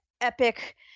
epic